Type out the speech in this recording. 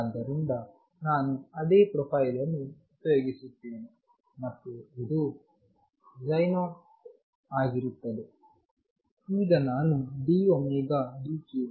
ಆದ್ದರಿಂದ ನಾನು ಅದೇ ಪ್ರೊಫೈಲ್ ಅನ್ನು ಉಪಯೋಗಿಸುತ್ತೇನೆ ಮತ್ತು ಇದು ψ0 ಆಗಿರುತ್ತದೆ ಈಗ ನಾನು|dωdk|k0t x ಪಡೆಯುತ್ತೇನೆ